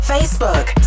Facebook